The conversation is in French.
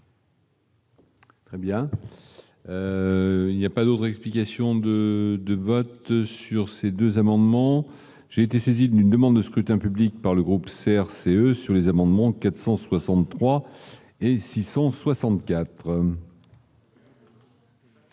Très bien, il n'y a pas d'autre explication de de vote. Sur ces 2 amendements, j'ai été saisi d'une demande de scrutin public par le groupe CRCE sur les amendements 463 et 664.